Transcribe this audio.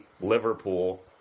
Liverpool